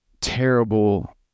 terrible